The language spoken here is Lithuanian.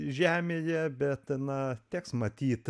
žemėje bet na teks matyt